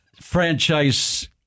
franchise